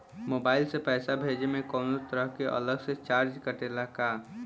Mobile से पैसा भेजे मे कौनों तरह के अलग से चार्ज कटेला का?